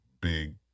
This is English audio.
big